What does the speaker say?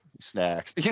snacks